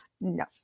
No